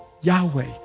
Yahweh